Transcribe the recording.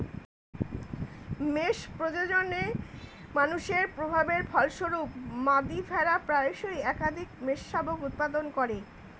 মেষ প্রজননে মানুষের প্রভাবের ফলস্বরূপ, মাদী ভেড়া প্রায়শই একাধিক মেষশাবক উৎপাদন করে